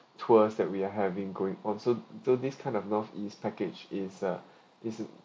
tours that we are having going on so so this kind of northeast package is a is